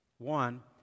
One